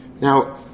Now